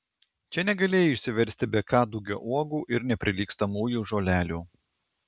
čia negalėjai išsiversti be kadugio uogų ir neprilygstamųjų žolelių